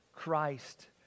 Christ